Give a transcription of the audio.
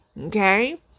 Okay